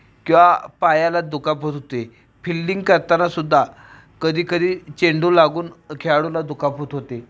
किंवा पायाला दुखापत होते फिल्डिंग करतानासुद्धा कधीकधी चेंडू लागून खेळाडूला दुखापत होते